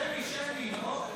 שמי, שמי, לא?